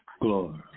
Glory